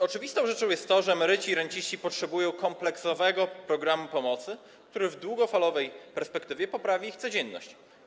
Oczywistą rzeczą jest, że emeryci i renciści potrzebują kompleksowego programu pomocy, który w długofalowej perspektywie poprawi ich codzienność.